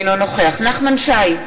אינו נוכח נחמן שי,